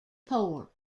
poor